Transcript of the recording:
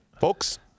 folks